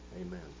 Amen